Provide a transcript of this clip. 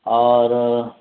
اور